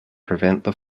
prevent